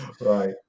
Right